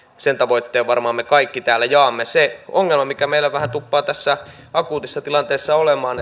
sen tavoitteen varmaan me kaikki täällä jaamme se ongelma mikä meillä vähän tuppaa tässä akuutissa tilanteessa olemaan